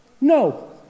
No